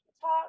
talk